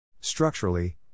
Structurally